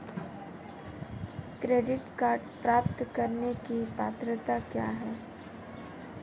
Credit card प्राप्त करने की पात्रता क्या है?